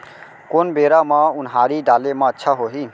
कोन बेरा म उनहारी डाले म अच्छा होही?